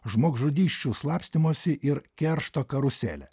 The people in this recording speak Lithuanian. žmogžudysčių slapstymosi ir keršto karuselę